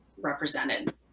represented